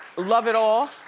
love it all.